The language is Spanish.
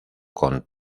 con